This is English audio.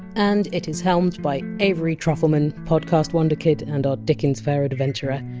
and it is helmed by avery trufelman, podcast wonderkid and our dickens fair adventurer,